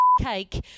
cake